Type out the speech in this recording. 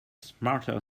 smarter